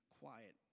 quiet